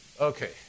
okay